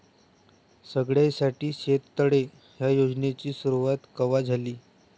सगळ्याइसाठी शेततळे ह्या योजनेची सुरुवात कवा झाली?